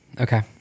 okay